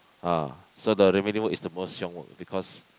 ah so the remaining work is the most 熊 work because